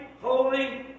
holy